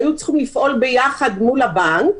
שהיו צריכים לפעול ביחד מול הבנק,